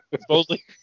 supposedly